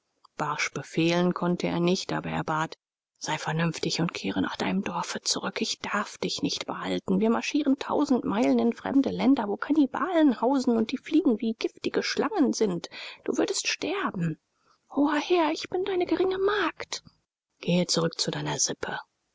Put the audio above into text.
barsch befehlen konnte er nicht aber er bat sei vernünftig und kehre nach deinem dorfe zurück ich darf dich nicht behalten wir marschieren tausend meilen in fremde länder wo kannibalen hausen und die fliegen wie giftige schlangen sind du würdest sterben hoher herr ich bin deine geringe magd gehe zurück zu deiner sippe